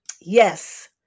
Yes